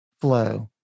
flow